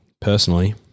Personally